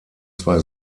zwei